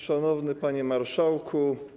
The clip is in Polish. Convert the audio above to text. Szanowny Panie Marszałku!